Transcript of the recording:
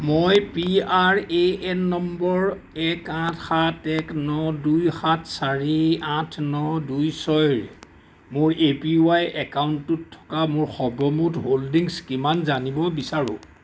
মই P R A N number এক আঠ সাত এক ন দুই সাত চাৰি আঠ ন দুই ছয়ৰ মোৰ এ পি ওৱাই একাউণ্টটোত থকা মোৰ সৰ্বমুঠ হোল্ডিংছ কিমান জানিব বিচাৰোঁ